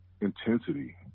intensity